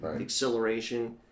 acceleration